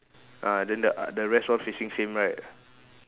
ah then the the rest all facing same right